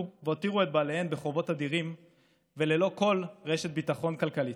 והותירו את בעליהן בחובות אדירים וללא כל רשת ביטחון כלכלית.